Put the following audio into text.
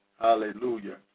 Hallelujah